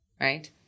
right